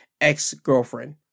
ex-girlfriend